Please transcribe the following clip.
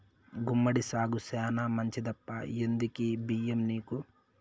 గుమ్మడి సాగు శానా మంచిదప్పా ఎందుకీ బయ్యం నీకు